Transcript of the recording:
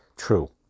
True